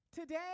Today